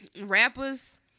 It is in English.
Rappers